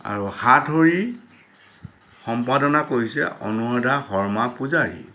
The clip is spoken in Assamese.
আৰু সাতসৰী সম্পাদনা কৰিছে অনুৰাধা শৰ্মা পূজাৰী